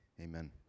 amen